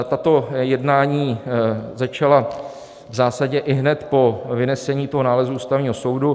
Tato jednání začala v zásadě ihned po vynesení nálezu Ústavního soudu.